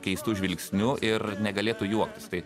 keistu žvilgsniu ir negalėtų juoktis tai